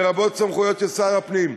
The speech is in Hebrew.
לרבות סמכויות של שר הפנים.